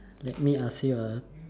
let me ask you ah